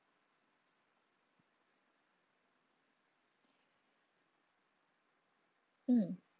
mm